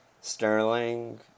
Sterling